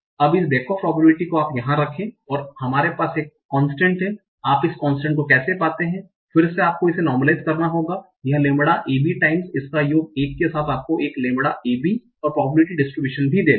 अब इस back off probability यहाँ रखें और हमारे पास एक कोंस्टंट है कि आप इस कोंस्टंट को कैसे पाते हैं फिर से आपको इसे नार्मलाइजेशन करना होगा यह lambda a b टाइम्स इसका योग 1 के साथ आपको यह lambda a b और प्रॉबबिलिटि डिस्ट्रीब्यूशन भी देता है